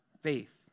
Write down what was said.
faith